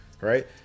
right